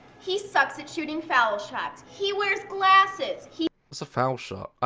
he sucks shooting foul shots he wears glasses he. what's a foul shot,